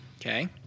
Okay